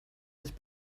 his